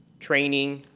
training,